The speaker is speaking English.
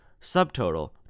subtotal